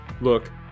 Look